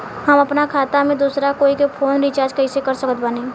हम अपना खाता से दोसरा कोई के फोन रीचार्ज कइसे कर सकत बानी?